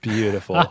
Beautiful